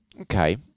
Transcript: Okay